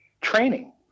Training